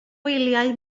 wyliau